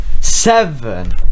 seven